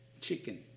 Chicken